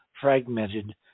fragmented